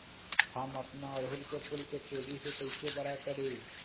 हम अपना ओरहूल फूल के तेजी से कई से बड़ा करी?